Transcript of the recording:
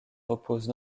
repose